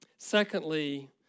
Secondly